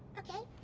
okay.